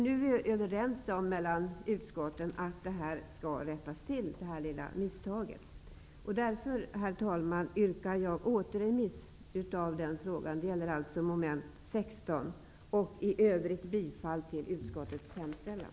Nu är utskotten överens om att detta lilla misstag skall rättas till. Därför, herr talman, yrkar jag återremiss av den fråga som tas upp under mom. 16 och i övrigt bifall till utskottets hemställan.